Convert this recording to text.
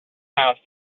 house